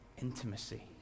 intimacy